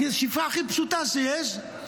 שפחה הכי פשוטה שיש,